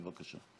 בבקשה.